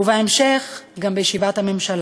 ובהמשך, גם בישיבת הממשלה.